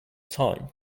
time